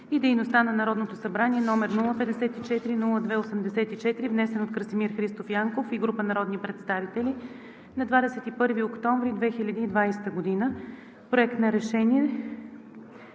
дейността на Народното събрание, № 054-02-84, внесен от Красимир Христов Янков и група народни представители на 21 октомври 2020 г. „Проект на решение